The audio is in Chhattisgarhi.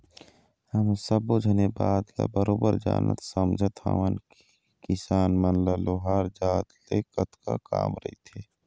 हमन सब्बे झन ये बात ल बरोबर जानत समझत हवन के किसान मन ल लोहार जात ले कतका काम रहिथे